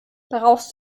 brauchst